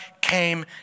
came